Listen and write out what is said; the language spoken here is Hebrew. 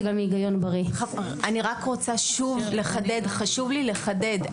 זה גם היגיון בריא.) אני רוצה שוב וחשוב לי לחדד.